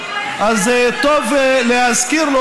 אז טוב להזכיר לו,